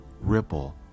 ripple